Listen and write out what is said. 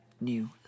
new